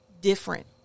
different